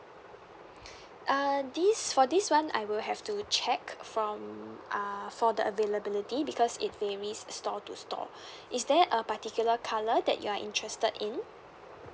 uh this for this [one] I will have to check from uh for the availability because it varies store to store is there a particular colour that you're interested in